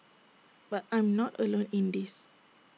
but I'm not alone in this